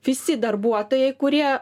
visi darbuotojai kurie